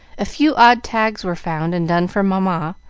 a few odd tags were found and done for mamma,